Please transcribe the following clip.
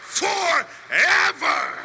forever